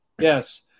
Yes